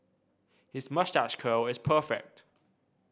his moustache curl is perfect